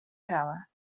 tower